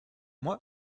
moi